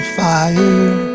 fire